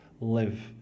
live